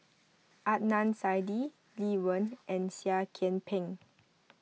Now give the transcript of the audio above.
Adnan Saidi Lee Wen and Seah Kian Peng